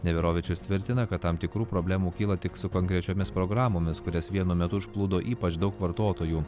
neverovičius tvirtina kad tam tikrų problemų kyla tik su konkrečiomis programomis kurias vienu metu užplūdo ypač daug vartotojų